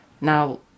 Now